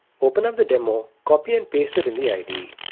open up the demo, copy and paste it in the ide.